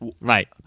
right